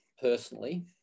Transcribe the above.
personally